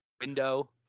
window